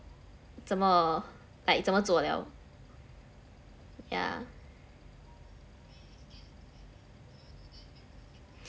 怎么 like 怎么做 liao yeah